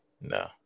No